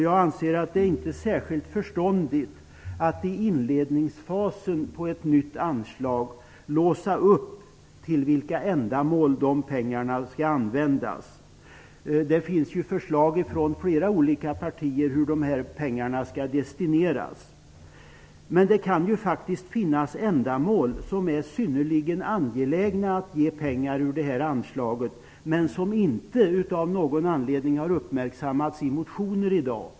Jag anser att det inte är särskilt förståndigt att i inledningsfasen med ett nytt anslag låsa upp till vilka ändamål de pengarna skall användas. Det finns förslag från flera olika partier till hur dessa pengar skall destineras. Det kan faktiskt finnas ändamål som är synnerligen angelägna att ge pengar till ur detta anslag men som i dag inte av någon anledning har uppmärksammats i motioner.